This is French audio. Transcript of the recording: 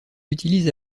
utilise